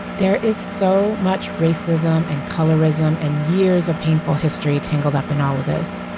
there is so much racism and colorism and years of painful history tangled up in all of this.